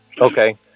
okay